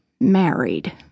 married